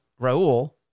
Raul